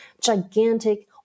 gigantic